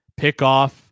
Pickoff